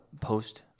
Post